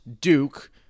Duke